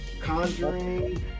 Conjuring